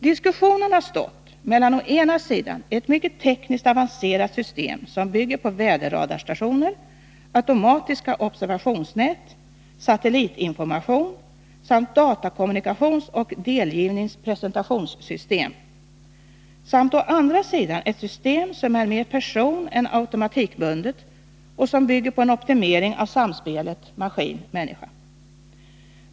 Diskussionen har stått mellan å ena sidan ett tekniskt mycket avancerat system som bygger på väderradarstationer, automatiska observationsnät, satellitinformation samt datakommunikationsoch delgivnings/presentationssystem, samt å andra sidan ett system som är mer personän automatikbundet och som bygger på en optimering av samspelet maskin-människa.